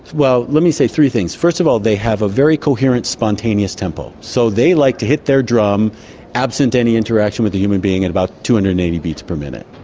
well, let me say three things. first of all they have a very coherent spontaneous tempo. so they like to hit their drum absent to any interaction with the human being at about two hundred and eighty beats per minute.